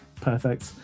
perfect